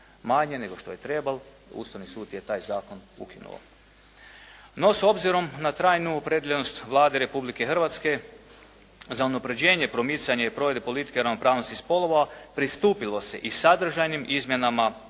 manje nego što je trebao Ustavni sud je taj zakon ukinuo. No s obzirom na trajnu opredjeljenost Vlade Republike Hrvatske za unapređenje, promicanje i provedbu politike ravnopravnosti spolova pristupilo se i sadržajnim izmjenama